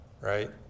right